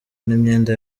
n’imyenda